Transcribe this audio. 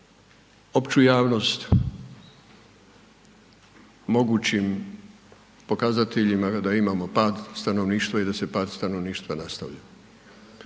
opću javnost mogućim pokazateljima da imamo pad stanovništva i da se pad stanovništva nastavlja.